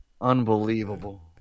Unbelievable